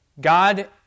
God